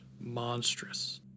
monstrous